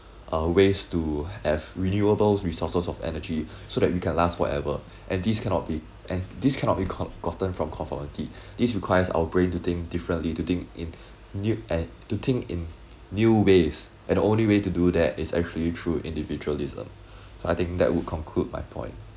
uh ways to have renewable resources of energy so that you can last forever and this cannot be and this cannot be gotten from conformity this requires our brain to think differently to think in nu~ an~ to think in new ways and only way to do that is actually through individualism so I think that would conclude my point